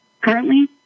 currently